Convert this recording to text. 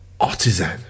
artisan